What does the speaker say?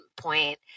point